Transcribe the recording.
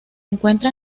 encuentra